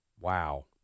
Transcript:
Wow